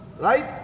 right